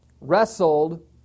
wrestled